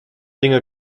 dinge